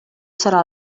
serà